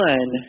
One